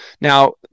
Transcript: Now